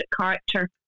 character